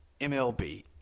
MLB